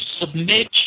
submit